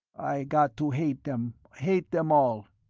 i got to hate them, hate them all.